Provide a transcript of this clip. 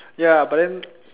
ya but then